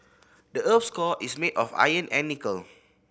the earth's core is made of iron and nickel